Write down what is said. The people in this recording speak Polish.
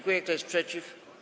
Kto jest przeciw?